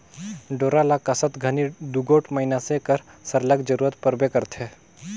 डोरा ल कसत घनी दूगोट मइनसे कर सरलग जरूरत परबे करथे